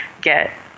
get